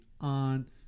on